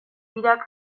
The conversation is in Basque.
dirac